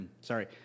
sorry